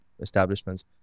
establishments